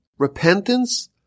Repentance